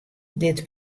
dit